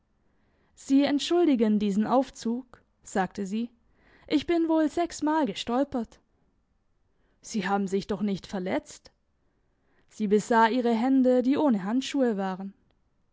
sie entschuldigen diesen aufzug sagte sie ich bin wohl sechsmal gestolpert sie haben sich doch nicht verletzt sie besah ihre hände die ohne handschuhe waren